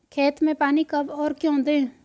खेत में पानी कब और क्यों दें?